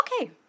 Okay